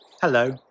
Hello